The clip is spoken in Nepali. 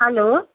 हेलो